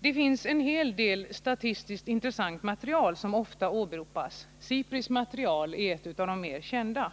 Det finns en hel del statistiskt intressant material som ofta åberopas. SIPRI:s material är ett av de mer kända.